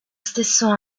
stesso